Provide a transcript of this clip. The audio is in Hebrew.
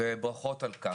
ברכות על כך.